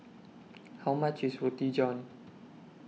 How much IS Roti John